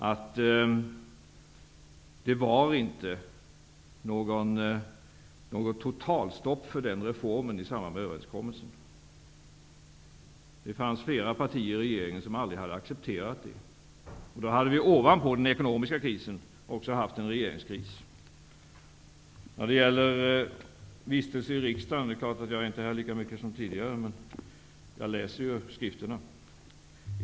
Det var inte något totalstopp för den reformen i samband med överenskommelsen. Det fanns flera partier i regeringen som aldrig hade accepterat det. Då hade vi ovanpå den ekonomiska krisen också fått en regeringskris. När det gäller vistelse i riksdagen, är det klart att jag inte är här lika mycket som tidigare, men jag läser ju skrifterna.